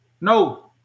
No